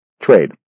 trade